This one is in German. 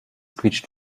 quietscht